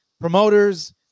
promoters